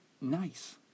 nice